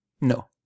No